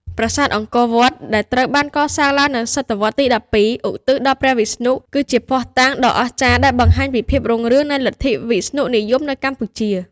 ប្រាសាទអង្គរវត្ត ដែលត្រូវបានកសាងឡើងនៅសតវត្សរ៍ទី ១២ ឧទ្ទិសដល់ព្រះវិស្ណុ គឺជាភស្តុតាងដ៏អស្ចារ្យដែលបង្ហាញពីភាពរុងរឿងនៃលទ្ធិវិស្ណុនិយមនៅកម្ពុជា។